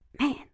man